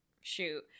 shoot